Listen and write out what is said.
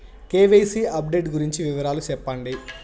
KYC update గురించి వివరాలు సెప్పండి?